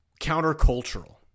countercultural